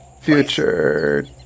future